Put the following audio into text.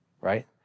right